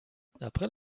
april